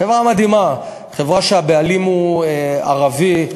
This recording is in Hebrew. חברה מדהימה, חברה שהבעלים הוא ערבי,